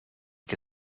che